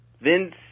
Vince